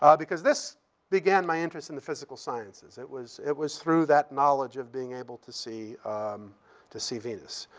um because this began my interest in the physical sciences. it was it was through that knowledge of being able to see to see venus.